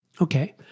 Okay